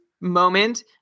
moment